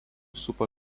supa